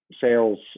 sales